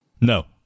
No